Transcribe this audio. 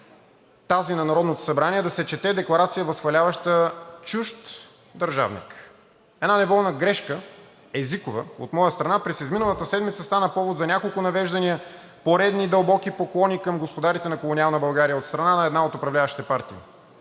тази на Народното събрание – да се чете декларация, възхваляваща чужд държавник. Една неволна грешка, езикова, от моя страна, през изминалата седмица стана повод за няколко навеждания – поредни дълбоки поклони, към господарите на колониална България от страна на една от управляващите партии.